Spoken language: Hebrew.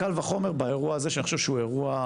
קל וחומר באירוע הזה, שאני חושב שהוא אירוע